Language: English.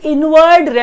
Inward